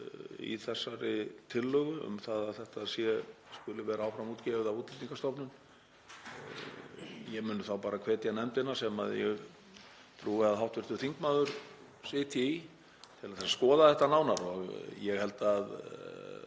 í þessari tillögu um að þetta sé skuli vera áfram útgefið af Útlendingastofnun. Ég hvet þá bara nefndina sem ég trúi að hv. þingmaður sitji í til þess að skoða þetta nánar. Ég held að